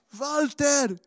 Walter